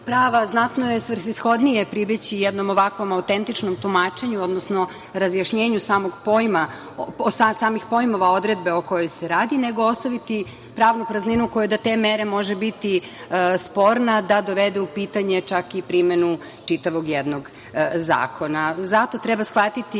prava, znatno je svrsishodnije pribeći jednom ovakvom autentičnom tumačenju, odnosno razjašnjenju samih pojmova odredbe o kojoj se radi, nego ostaviti pravnu prazninu koja do te mere može biti sporna da dovede u pitanje čak i primenu čitavog jednog zakona. Zato treba shvatiti